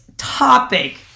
topic